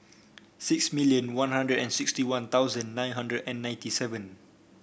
six million One Hundred and sixty One Thousand nine hundred and ninety seven